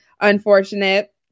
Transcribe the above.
unfortunate